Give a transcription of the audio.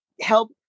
help